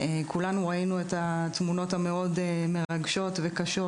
כולנו ראינו את התמונות המרגשות והקשות